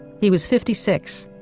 he was fifty six,